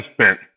spent